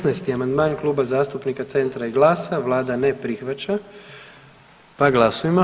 16. amandman Kluba zastupnika Centra i GLAS-a, Vlada ne prihvaća, pa glasujmo.